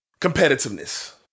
Competitiveness